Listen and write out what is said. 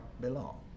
belong